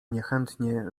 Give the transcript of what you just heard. niechętnie